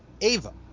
Ava